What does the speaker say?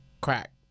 crack